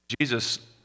Jesus